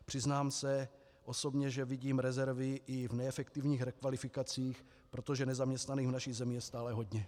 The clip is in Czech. Přiznám se osobně, že vidím rezervy i v neefektivních rekvalifikacích, protože nezaměstnaných v naší zemi je stále hodně.